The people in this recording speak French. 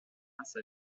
grâce